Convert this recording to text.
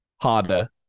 harder